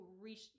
reach